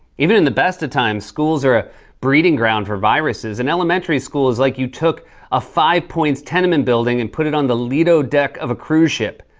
even in the best of times, schools are a breeding ground for viruses. an elementary school is like you took a five points tenement building and put it on the lido deck of a cruise ship.